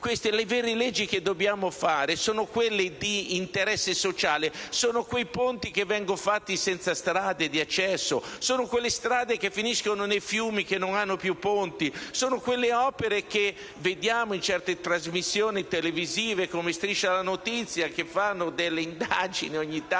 Le vere leggi che dobbiamo fare sono quelle di interesse sociale: sono quei ponti che vengono fatti senza strade di accesso. Sono quelle strade che finiscono nei fiumi che non hanno più ponti. Sono quelle opere che vediamo in certe trasmissioni televisive (come «Striscia la notizia»), che a volte fanno delle indagini e dei